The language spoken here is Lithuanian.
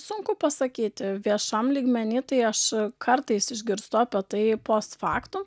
sunku pasakyti viešam lygmeny tai aš kartais išgirstu apie tai post faktum